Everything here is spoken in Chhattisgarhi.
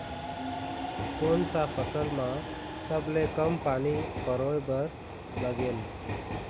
कोन सा फसल मा सबले कम पानी परोए बर लगेल?